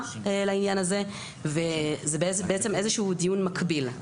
לעניין הזה וזה בעצם איזה שהוא דיון מקביל.